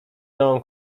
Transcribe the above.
nową